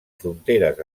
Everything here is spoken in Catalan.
fronteres